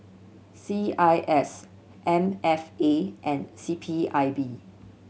C I S M F A and C P I B